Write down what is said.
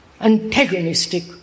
Antagonistic